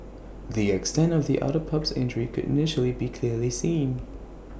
the extent of the otter pup's injury could initially be clearly seen